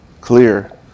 clear